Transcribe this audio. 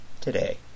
today